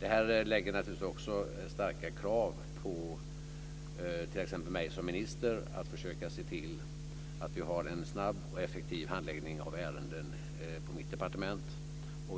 Det ställer naturligtvis också stora krav på t.ex. mig som minister att försöka se till att vi har en snabb och effektiv handläggning på mitt departement.